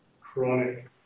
chronic